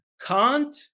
Kant